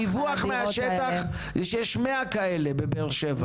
הדיווח מהשטח זה שיש 100 כאלה בבאר שבע.